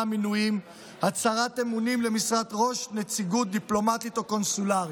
(מינויים) (הצהרת אמונים למשרת ראש נציגות דיפלומטית או קונסולרית).